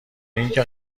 اینکه